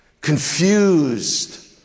confused